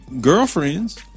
girlfriends